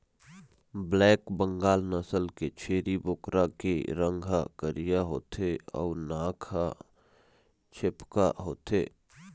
black Bengal नसल के छेरी बोकरा के रंग ह करिया होथे अउ नाक ह छेपका होथे